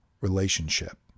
relationship